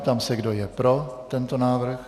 Ptám se, kdo je pro tento návrh.